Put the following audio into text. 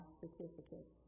certificate